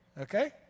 Okay